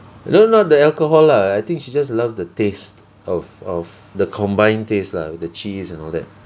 no not the alcohol lah I think she just love the taste of of the combined taste lah the cheese and all that